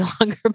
longer